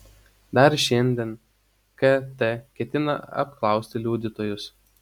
dar šiandien kt ketina apklausti liudytojus